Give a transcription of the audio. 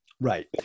Right